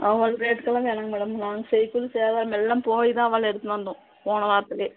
அவ்வளோ ரேட்டுக்கெலாம் வேணாங்க மேடம் நாங்கள் செய்கூலி சேதாரம்லாமெல்லாம் போய்தான் வளையலை எடுத்துன்னு வந்தோம் போன வாரத்திலே